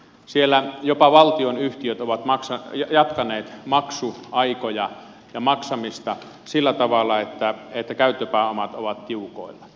siellä jopa valtionyhtiöt ovat jatkaneet maksuaikoja ja maksamista sillä tavalla että käyttöpääomat ovat tiukoilla